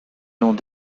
noms